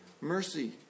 mercy